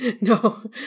no